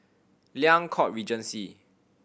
Liang Court Regency